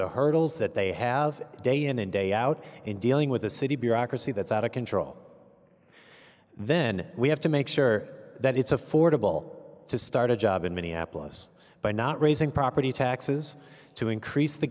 the hurdles that they have day in and day out in dealing with a city bureaucracy that's out of control then we have to make sure that it's affordable to start a job in minneapolis by not raising property taxes to increase the